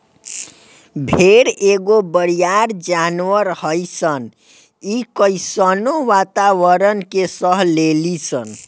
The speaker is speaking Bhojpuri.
भेड़ एगो बरियार जानवर हइसन इ कइसनो वातावारण के सह लेली सन